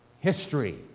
history